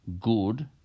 good